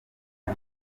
uko